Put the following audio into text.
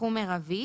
סכום מרבי,